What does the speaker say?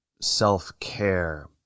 self-care